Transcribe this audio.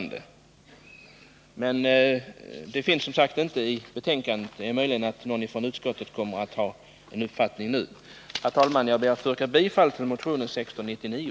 Någonting om detta finns som sagt inte i betänkandet, men det är möjligt att någon från utskottet kommer att redovisa en uppfattning nu. Herr talman! Jag ber att få yrka bifall till motionen 1699.